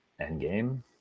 Endgame